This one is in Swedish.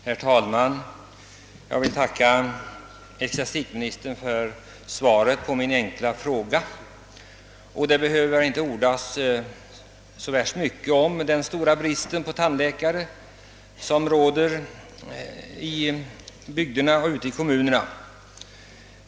Herr talman! Jag vill tacka ecklesiastikministern för svaret på min enkla fråga. Det behöver inte ordas så värst mycket om den stora brist på tandläkare som råder ute i bygderna.